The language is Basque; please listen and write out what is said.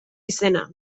izena